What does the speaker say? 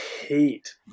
hate